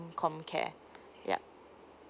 comcare yup